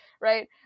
right